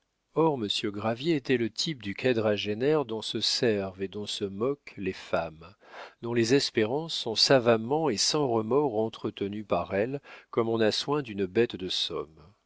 or monsieur gravier était le type du quadragénaire dont se servent et dont se moquent les femmes dont les espérances sont savamment et sans remords entretenues par elles comme on a soin d'une bête de somme